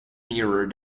mirror